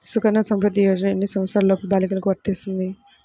సుకన్య సంవృధ్ది యోజన ఎన్ని సంవత్సరంలోపు బాలికలకు వస్తుంది?